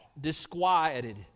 disquieted